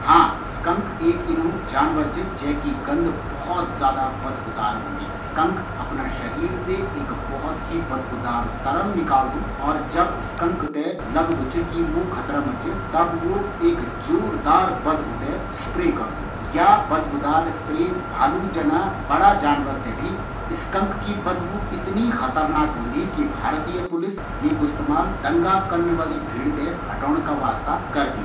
हाँ स्कक एक इन्नू जानवर च जु बहुत ज्यादा बदबूदार होन्दु, स्कक अपना शरीर से एक बहुत ही बदबूदार तरल निकालदू, और ज़ब वे ते खतरा कु अहसास होन्दु तो उस एक जोरदार बदबू ते स्प्रे करदु, या बदबू इतनी खतरनाक होंदी कि भालू जना जानवर ते भी भगे दिन्दी।